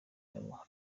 nabo